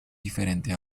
diferente